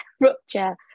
rupture